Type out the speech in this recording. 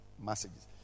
Messages